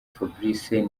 fabrice